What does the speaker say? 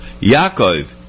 Yaakov